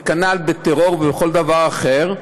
וכנ"ל בטרור ובכל דבר אחר.